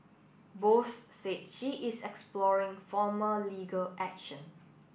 Bose said she is exploring formal legal action